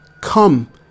Come